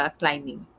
climbing